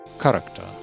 character